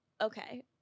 Okay